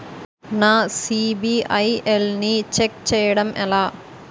నా సిబిఐఎల్ ని ఛెక్ చేయడం ఎలా?